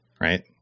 right